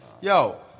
Yo